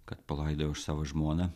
kad palaidojau savo žmoną